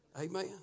Amen